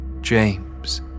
James